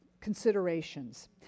considerations